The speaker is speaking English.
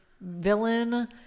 villain